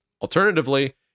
Alternatively